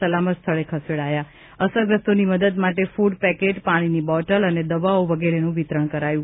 સલામત સ્થળે ખસેડાયા અસરગ્રસ્તોની મદદ માટે ફૂડ પેકેટ પાણીની બોટલ અને દવાઓ વગેરેનું વિતરણ કરાયું